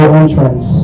entrance